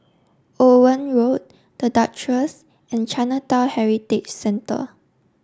Owen Road The Duchess and Chinatown Heritage Centre